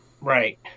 Right